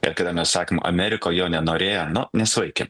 ir kada mes sakom amerika jo nenorėjo nu nesvaikim